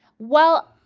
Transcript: well,